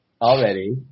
Already